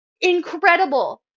incredible